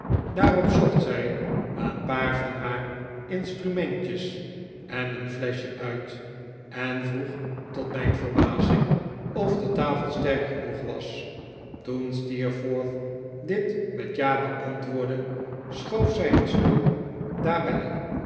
daarop zocht zij een paar van haar instrumentjes en een fleschje uit en vroeg tot mijn verbazing of de tafel sterk genoeg was toen steerforth dit met ja beantwoordde schoof zij een stoel daarbij